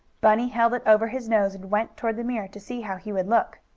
bunny held it over his nose and went toward the mirror to see how he would look.